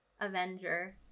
Avenger